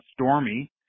Stormy